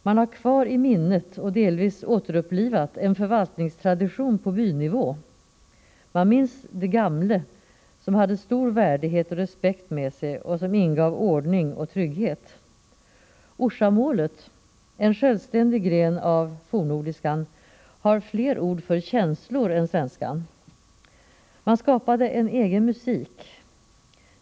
Man har kvar i minnet och har delvis återupplivat en förvaltningstradition på bynivå. Man minns de gamle, som hade stor värdighet och respekt med sig och som ingav ordning och trygghet. Orsamålet, en självständig gren av fornnordiskan, har fler ord för känslor än svenskan. Man skapade en egen musik.